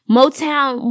Motown